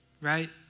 right